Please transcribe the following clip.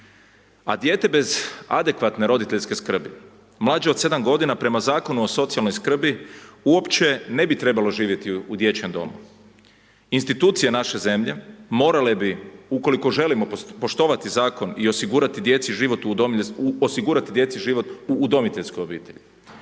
A dijete bez adekvatne roditeljske skrbi, mlađe od 7 g. prema Zakonu o socijalnoj skrbi, uopće ne bi trebala živjeti u dječjim domovima. Instancija naše zemlje, morale bi, ukoliko želimo poštovati zakon i osigurati djeci život u udomiteljskoj obitelji,